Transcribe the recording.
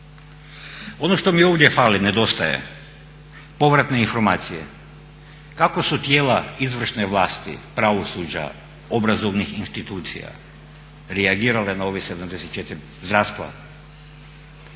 Ono što mi ovdje fali, nedostaje povratne informacije kako su tijela izvršne vlasti, pravosuđa, obrazovnih institucija reagirale na ove 74 zdravstvene.